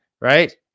right